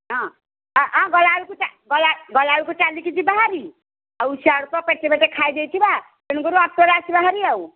ହଁ ଗଲାବେଳକୁ ଚାଲିକି ଯିବା ହାରି ଆଉ ସେଆଡ଼ୁ ତ ପେଟେ ପେଟେ ଖାଇଦେଇଥିବା ତେଣୁକରି ଅଟୋରେ ଆସିବା ହେରି ଆଉ